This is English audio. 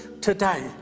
today